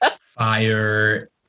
fire